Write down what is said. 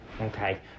okay